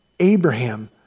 Abraham